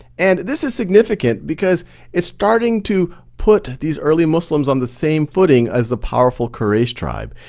and this is significant because it's starting to put these early muslims on the same footing as the powerful quraysh tribe.